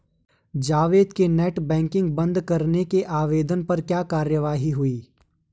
जावेद के net banking बंद करने के आवेदन पर क्या कार्यवाही हुई?